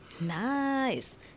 Nice